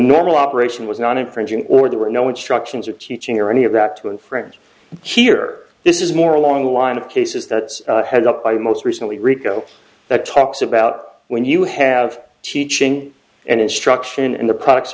normal operation was not infringing or there were no instructions or teaching or any of that to unfriend here this is more along the line of cases that's headed up by the most recently rico that talks about when you have teaching and instruction and the products